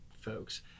folks